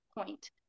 point